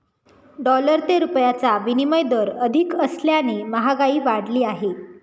dollar ते रुपयाचा विनिमय दर अधिक असल्याने महागाई वाढली आहे